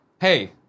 hey